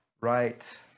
right